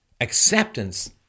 acceptance